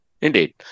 Indeed